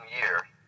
year